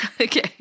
Okay